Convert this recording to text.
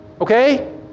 Okay